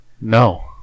No